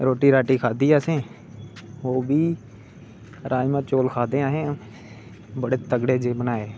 रोटी राटी खाद्धी आसें ओह् बी राजमां चौल खाद्धे असें बडे़ तगडे़ जेह बनाए